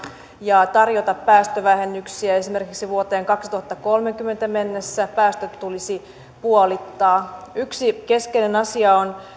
ja tarjota päästövähennyksiä esimerkiksi vuoteen kaksituhattakolmekymmentä mennessä päästöt tulisi puolittaa yksi keskeinen asia on